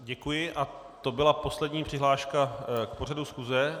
Děkuji a to byla poslední přihláška k pořadu schůze.